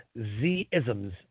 Z-isms